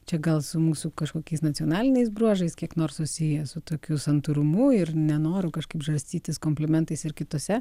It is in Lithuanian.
čia gal su mūsų kažkokiais nacionaliniais bruožais kiek nors susiję su tokiu santūrumu ir nenoru kažkaip žarstytis komplimentais ir kitose